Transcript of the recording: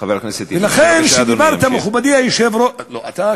אבל אפולוניה זה לדיור בר-השגה?